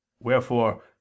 Wherefore